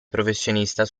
professionista